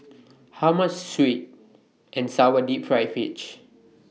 How much Sweet and Sour Deep Fried Fish